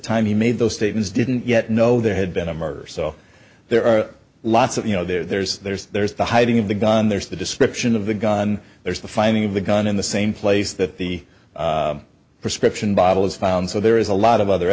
time he made those statements didn't yet know there had been a murder so there are lots of you know there's there's there's the hiding of the gun there's the description of the gun there's the finding of the gun in the same place that the prescription bottle is found so there is a lot of other